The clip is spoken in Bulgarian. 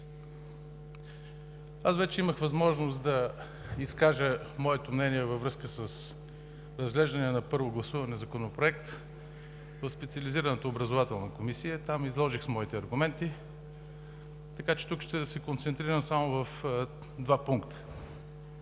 Аз вече имах възможност да изкажа моето мнение във връзка с разглеждания на първо гласуване Законопроект в специализираната образователна комисия. Там изложих моите аргументи, така че тук ще се концентрирам само в два пункта.